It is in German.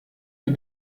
wir